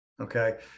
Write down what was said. Okay